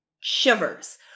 shivers